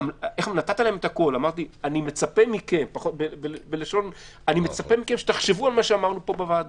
נתת להם את הכול ואמרת להם שאתה מצפה שיחשבו על מה שאמרנו פה בוועדה.